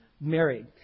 married